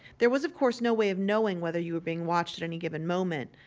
there was of course no way of knowing whether you were being watched at any given moment.